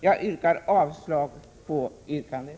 Jag yrkar avslag på yrkandet.